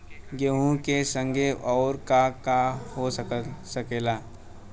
गेहूँ के संगे अउर का का हो सकेला?